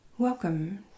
Welcome